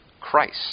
Christ